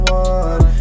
one